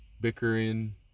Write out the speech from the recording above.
bickering